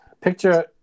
picture